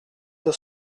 deux